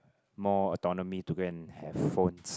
more autonomy to go and have phones